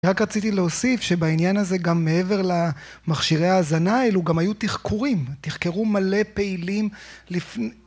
רק רציתי להוסיף שבעניין הזה גם מעבר למכשירי ההאזנה האלו, גם היו תחקורים, תחקרו מלא פעילים לפני...